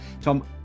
tom